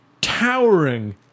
towering